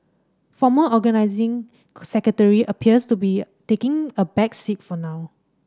former Organising Secretary appears to be taking a back seat for now